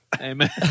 amen